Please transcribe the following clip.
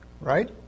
right